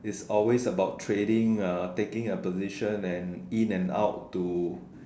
it's always trading taking your position and in and out to